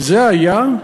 זה היה?